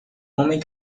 homem